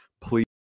please